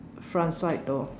front side door